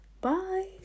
Bye